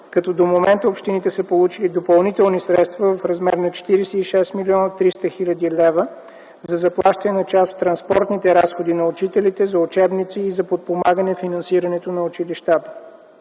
като до момента общините са получили допълнително средства в размер на 46 млн. 300 хил. лв. за заплащане на част от транспортните разходи на учителите, за учебници и за подпомагане финансирането на училищата.